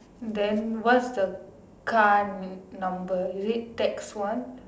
then what is the car number is it tax one